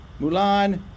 Mulan